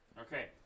Okay